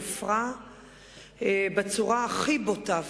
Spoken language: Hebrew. הופרה בצורה הכי בוטה,